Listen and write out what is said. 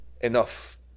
Enough